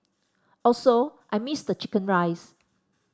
also I missed chicken rice